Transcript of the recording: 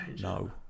No